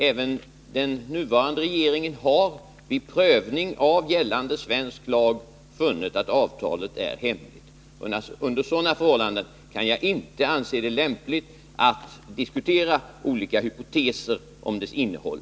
Även den nuvarande regeringen har vid prövning av gällande svensk lag funnit att avtalet är hemligt. Under sådana förhållanden kan jag inte anse det lämpligt att här diskutera olika hypoteser om dess innehåll.